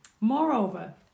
Moreover